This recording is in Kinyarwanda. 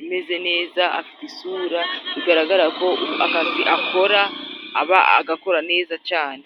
imeze neza ,afite isura bigaragara ko akazi akora aba agakora neza cane.